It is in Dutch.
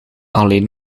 alleen